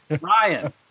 Ryan